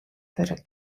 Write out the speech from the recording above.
wurde